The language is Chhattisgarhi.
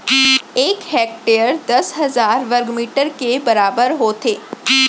एक हेक्टर दस हजार वर्ग मीटर के बराबर होथे